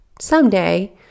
someday